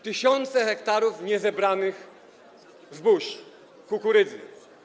Tysiące hektarów niezebranych zbóż, kukurydzy.